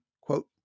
quote